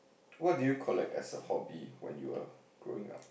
what do you collect as a hobby when you are growing up